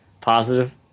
positive